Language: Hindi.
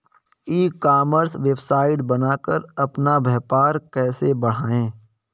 ई कॉमर्स वेबसाइट बनाकर अपना व्यापार कैसे बढ़ाएँ?